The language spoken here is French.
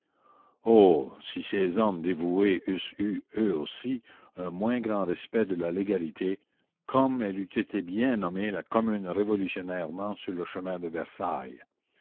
oh si ces hommes dévoués eussent eu eux aussi un moins grand respect de la légalité comme elle eût été bien nommée la commune révolutionnairement sur le chemin de versailles